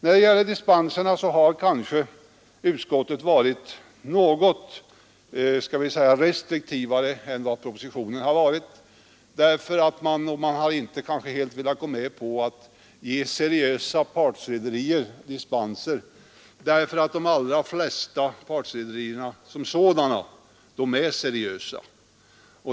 När det gäller dispenserna har kanske utskottet varit något restriktivare än propositionen, och utskottet har inte helt velat gå med på att ge seriösa partrederier dispenser — därför att de allra flesta partrederier som sådana är seriösa.